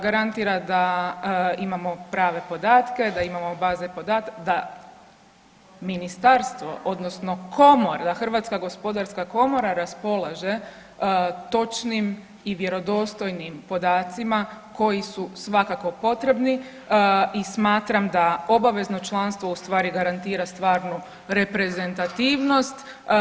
Garantira da imamo prave podatke, da imamo baze podataka, da Ministarstvo odnosno Komora, da Hrvatska gospodarska komora raspolaže točnim i vjerodostojnim podacima koji su svakako potrebni i smatram da obavezno članstvo ustvari garantira stvarnu reprezentativnost.